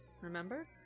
remember